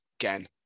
again